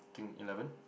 think eleven